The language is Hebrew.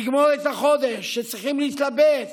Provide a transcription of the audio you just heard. לגמור את החודש, שצריכים להתלבט